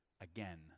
Again